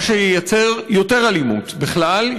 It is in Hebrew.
מה שייצר יותר אלימות בכלל,